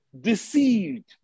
deceived